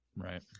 Right